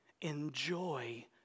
enjoy